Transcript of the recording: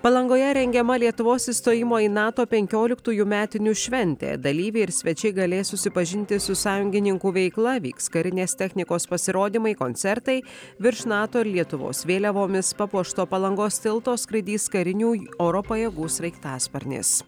palangoje rengiama lietuvos įstojimo į nato penkioliktųjų metinių šventė dalyviai ir svečiai galės susipažinti su sąjungininkų veikla vyks karinės technikos pasirodymai koncertai virš nato ir lietuvos vėliavomis papuošto palangos tilto skraidys karinių oro pajėgų sraigtasparnis